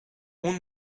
اون